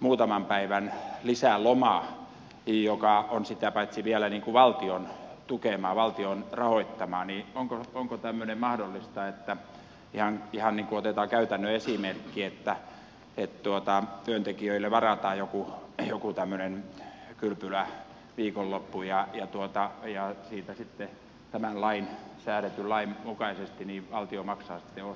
muutaman päivän lisäloma joka on sitä paitsi vielä valtion tukema valtion rahoittama onko tämmöinen mahdollista kun otetaan ihan käytännön esimerkki että työntekijöille varataan joku tämmöinen kylpyläviikonloppu ja siitä sitten tämän säädetyn lain mukaisesti valtio maksaa osan